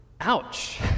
Ouch